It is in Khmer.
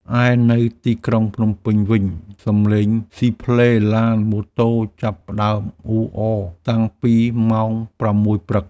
ឯនៅទីក្រុងភ្នំពេញវិញ សំឡេងស៊ីផ្លេឡានម៉ូតូចាប់ផ្តើមអ៊ូអរតាំងពីម៉ោង ៦ ព្រឹក។